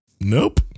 Nope